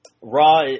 Raw